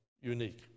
unique